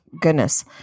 Goodness